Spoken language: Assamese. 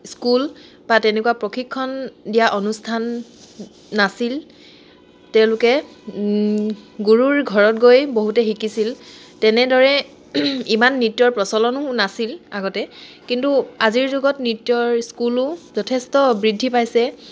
স্কুল বা তেনেকুৱা প্ৰশিক্ষণ দিয়া অনুষ্ঠান নাছিল তেওঁলোকে গুৰুৰ ঘৰত গৈ বহুতে শিকিছিল তেনেদৰে ইমান নৃত্যৰ প্ৰচলনো নাছিল আগতে কিন্তু আজিৰ যুগত নৃত্যৰ স্কুলো যথেষ্ট বৃদ্ধি পাইছে